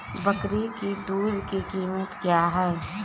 बकरी की दूध की कीमत क्या है?